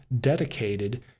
dedicated